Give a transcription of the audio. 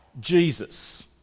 Jesus